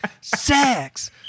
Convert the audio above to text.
Sex